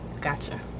Gotcha